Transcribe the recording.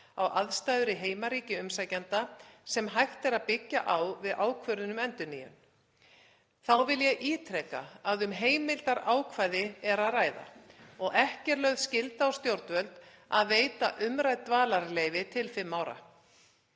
á aðstæður í heimaríki umsækjenda sem hægt er að byggja á við ákvörðun um endurnýjun. Þá vil ég ítreka að um heimildarákvæði er að ræða og ekki er lögð skylda á stjórnvöld að veita umrædd dvalarleyfi til fimm ára.